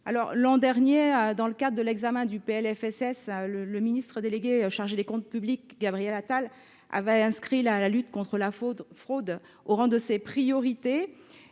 L’an dernier, dans le cadre de l’examen du PLFSS pour 2023, le ministre délégué chargé des comptes publics, Gabriel Attal, avait inscrit cette lutte au rang de ses priorités,